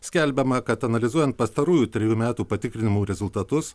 skelbiama kad analizuojant pastarųjų trejų metų patikrinimų rezultatus